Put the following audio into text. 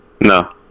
No